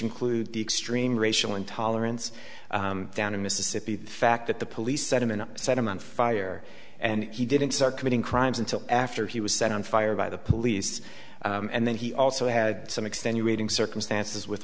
includes the extreme racial intolerance down in mississippi thad that the police set him and set him on fire and he didn't start committing crimes until after he was set on fire by the police and then he also had some extenuating circumstances with